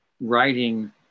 writing